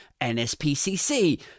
nspcc